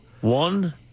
One